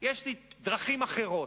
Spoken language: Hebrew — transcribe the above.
יש לי דרכים אחרות.